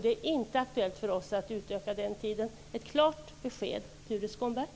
Det är inte aktuellt för oss att utöka den tiden. Det är ett klart besked, Tuve Skånberg.